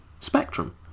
Spectrum